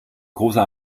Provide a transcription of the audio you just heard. großer